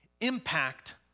impact